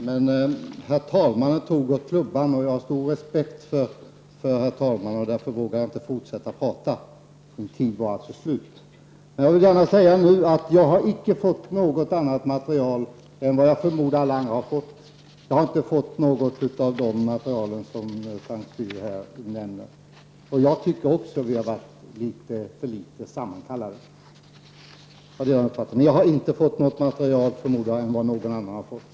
Herr talman! Jag vill börja med att be Mona Saint Cyr om ursäkt att jag inte besvarade hennes fråga i mitt förra inlägg. Men herr talmannen tog i klubban, jag har stor respekt för herr talmannen och därför vågade jag inte fortsätta att tala. Min taletid var alltså slut. Jag har inte fått något annat material än det jag förmodar att alla andra har fått. Jag har inte fått något av det material som Mona Saint Cyr här nämner. Jag delar den uppfattningen att rådet har varit sammankallat vid för få tillfällen. Men jag förmodar att jag inte har fått något annat material än vad andra har fått.